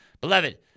Beloved